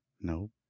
Nope